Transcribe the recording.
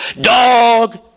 Dog